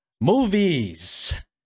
movies